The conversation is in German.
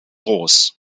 groß